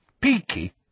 peaky